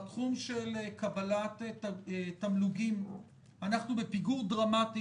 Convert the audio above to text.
בתחום של קבלת תמלוגים אנחנו בפיגור דרמטי